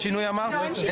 ביטון.